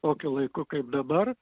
tokiu laiku kaip dabar